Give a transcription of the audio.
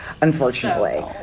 unfortunately